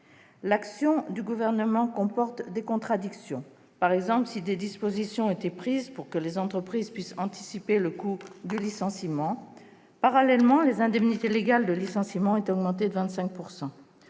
L'action du Gouvernement comporte des contradictions. Par exemple, si des dispositions ont été prises pour que les entreprises puissent anticiper le coût d'un licenciement, les indemnités légales de licenciement ont parallèlement été augmentées de 25